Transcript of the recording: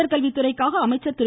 உயர்கல்வித்துறைக்காக அமைச்சர் திரு